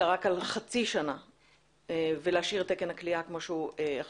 אלא רק על חצי שנה ולהשאיר את תקן הכליאה כמו שהוא עכשיו.